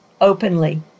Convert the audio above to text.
openly